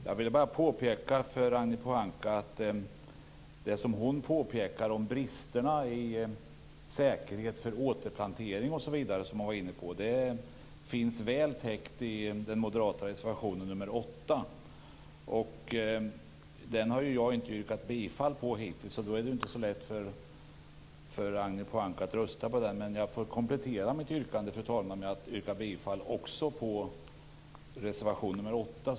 Fru talman! Jag vill bara påpeka för Ragnhild Pohanka att det som hon påpekar om bristerna i säkerhet för återplantering osv. finns väl täckt i den moderata reservationen nr 8. Den har jag inte yrkat bifall till hittills, och då är det inte så lätt för Ragnhild Pohanka att rösta på den. Men jag får komplettera mitt yrkande, fru talman, med att yrka bifall även till reservation nr 8.